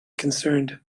concerned